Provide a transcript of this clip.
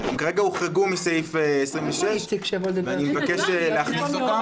הוחרגו מסעיף 26, ואני מבקש להכניס אותן.